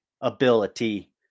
ability